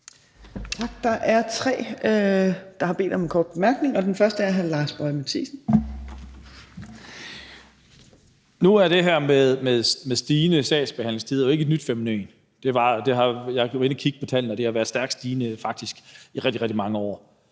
Nu er det her med stigende sagsbehandlingstider jo ikke et nyt fænomen. Jeg har været inde at kigge på tallene, og de har faktisk været stærkt stigende i rigtig, rigtig mange år.